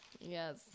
Yes